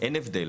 אין הבדל.